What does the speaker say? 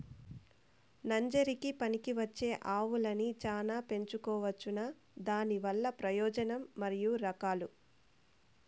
నంజరకి పనికివచ్చే ఆవులని చానా పెంచుకోవచ్చునా? దానివల్ల ప్రయోజనం మరియు రకాలు?